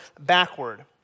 backward